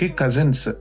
cousins